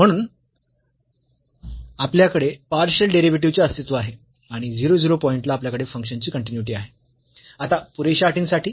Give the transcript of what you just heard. म्हणून आपल्याकडे partial derivative चे अस्तित्व आहे आणि 0 0 पॉईंट ला आपल्याकडे फंक्शन ची कन्टीन्यूईटी आहे आता पुरेशा अटींसाठी